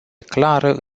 clară